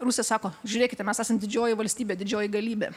rusija sako žiūrėkite mes esam didžioji valstybė didžioji galybė